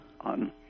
on